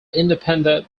independent